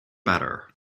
better